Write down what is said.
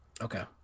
Okay